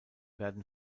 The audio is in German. werden